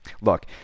look